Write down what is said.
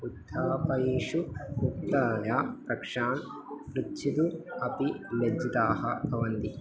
उत्थापनेषु उक्तस्य प्रश्नान् प्रष्टुम् अपि लज्जिताः भवन्ति